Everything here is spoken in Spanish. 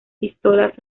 pistolas